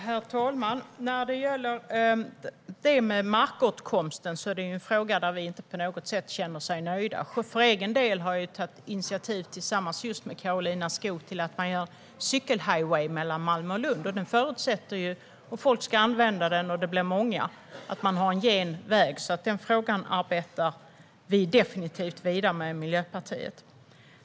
Herr talman! När det gäller markåtkomsten är det en fråga som vi inte känner oss nöjda med på något sätt. Jag har, tillsammans med just Karolina Skog, tagit initiativ till en cykelhighway mellan Malmö och Lund. Om många ska använda den förutsätts det att det är en gen cykelväg. Den frågan arbetar vi alltså definitivt vidare med i Miljöpartiet.